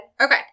Okay